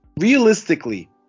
Realistically